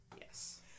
Yes